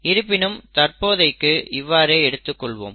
இருப்பினும் தற்போதைக்கு இவ்வாறே எடுத்துக்கொள்வோம்